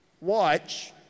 Watch